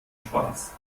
spaß